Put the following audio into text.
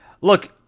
Look